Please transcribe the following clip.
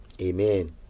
Amen